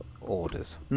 orders